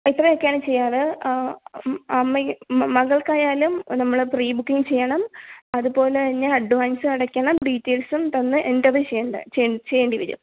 ഇത്രയൊക്കെയാണ് ചെയ്യാറ് അമ്മ മകൾക്കായാലും നമ്മൾ പ്രീ ബുക്കിങ്ങ് ചെയ്യണം അതുപോലെ തന്നെ അഡ്വാൻസും അടയ്ക്കണം ഡീറ്റെയിൽസും തന്ന് എൻറ്റർ ചെയ്യേണ്ടി ചെയ്യേണ്ടി വരും